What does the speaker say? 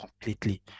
completely